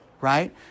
right